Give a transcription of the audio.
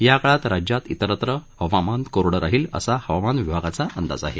याकाळात राज्यात इरतत्र हवामान कोरडं राहील असा हवामान विभागाचा अंदाज आहे